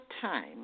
time